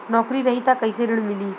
नौकरी रही त कैसे ऋण मिली?